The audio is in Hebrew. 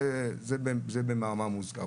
זה במאמר מוסגר.